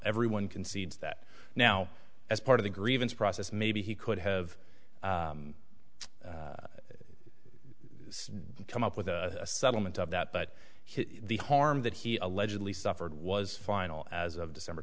everyone concedes that now as part of the grievance process maybe he could have come up with a settlement of that but the harm that he allegedly suffered was final as of december